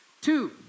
Two